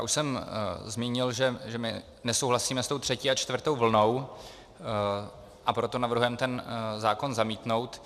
Už jsem zmínil, že my nesouhlasíme s tou třetí a čtvrtou vlnou, a proto navrhujeme ten zákon zamítnout.